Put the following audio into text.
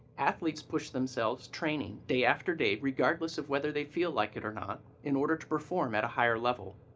athletes push themselves, training day after day regardless of whether they feel like it or not, in order to perform at a higher level.